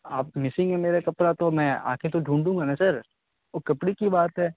آپ مسنگ ہے میرے کپڑا تو میں آ کے تو ڈھونڈوں گا نا سر وہ کپڑے کی بات ہے